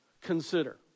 consider